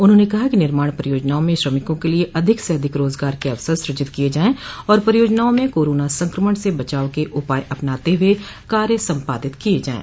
उन्होंने कहा कि निर्माण परियोजनाओं में श्रमिकों के लिए अधिक से अधिक रोजगार के अवसर सुजित किए जाएं और परियोजनाओं में कोरोना संक्रमण से बचाव के उपाय अपनाते हुए कार्य सम्पादित किये जायें